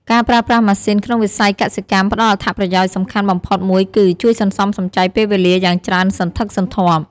ការប្រើប្រាស់ម៉ាស៊ីនក្នុងវិស័យកសិកម្មផ្ដល់អត្ថប្រយោជន៍សំខាន់បំផុតមួយគឺ ជួយសន្សំសំចៃពេលវេលាយ៉ាងច្រើនសន្ធឹកសន្ធាប់។